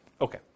Okay